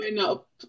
up